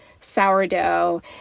sourdough